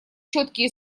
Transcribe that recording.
четкие